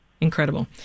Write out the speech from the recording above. incredible